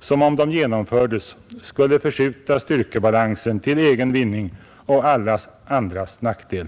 som, om de genomfördes, skulle förskjuta styrkebalansen till egen vinning och alla andras nackdel.